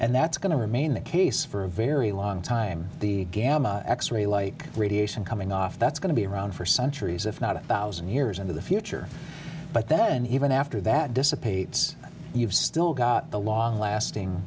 and that's going to remain the case for a very long time the gamma x ray like radiation coming off that's going to be around for centuries if not a thousand years into the future but then even after that dissipates you've still got a long lasting